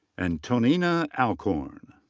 and antonina alcorn.